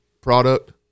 product